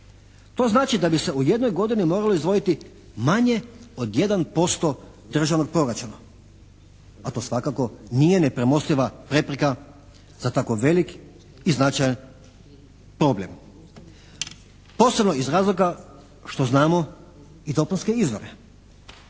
To znači da bi se u jednoj godini morale izdvojiti manje od 1% državnog proračuna, a to svakako nije nepremostiva prepreka za tako velik i značajan problem. Posebno iz razloga što znamo i dopunske izvore.